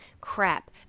crap